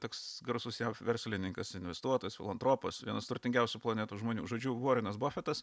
toks garsus jav verslininkas investuotojas filantropas vienas turtingiausių planetos žmonių žodžiu vorenas bofetas